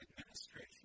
administration